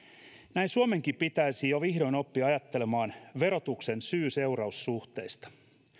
näin suomenkin pitäisi jo vihdoin oppia ajattelemaan verotuksen syy seuraus suhteita